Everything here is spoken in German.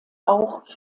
auch